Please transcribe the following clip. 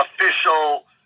official